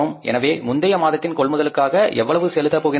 எனவே முந்தைய மாதத்தின் கொள்முதலுக்காக எவ்வளவு செலுத்த போகின்றோம்